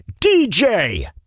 DJ